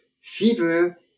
fever